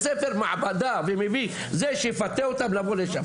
ספר מעבדה ומביא את זה שיפתה אותם לבוא לשם,